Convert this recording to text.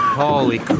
holy